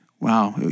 wow